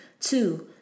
two